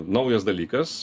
naujas dalykas